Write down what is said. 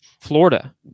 Florida